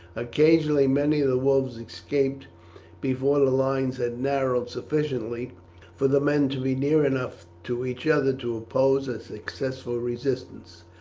occasionally many of the wolves escaped before the lines had narrowed sufficiently for the men to be near enough to each other to oppose a successful resistance,